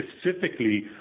specifically